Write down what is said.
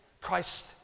Christ